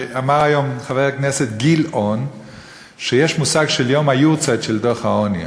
אמר היום חבר הכנסת גילאון שיש מושג של יום היארצייט של דוח העוני.